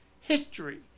history